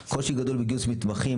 קושי גדול בגיוס מתמחים,